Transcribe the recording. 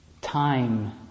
time